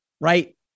right